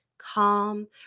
calm